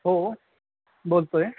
हो बोलतो आहे